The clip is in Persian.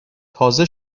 تازه